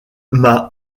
m’a